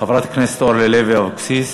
חברת הכנסת אורלי לוי אבקסיס,